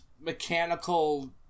mechanical